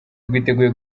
rwiteguye